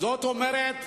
זאת אומרת,